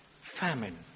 Famine